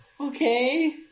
Okay